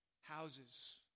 houses